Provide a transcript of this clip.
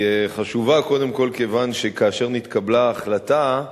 היא חשובה, קודם כול, כיוון שכאשר נתקבלה ההחלטה,